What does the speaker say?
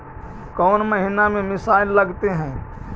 कौन महीना में मिसाइल लगते हैं?